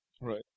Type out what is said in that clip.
Right